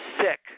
sick